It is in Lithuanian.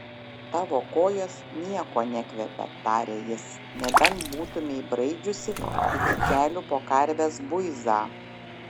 tavo kojos niekuo nekvepia tarė jis nebent būtumei braidžiusi iki kelių po karvės buizą